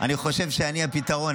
אני חושב שאני הפתרון,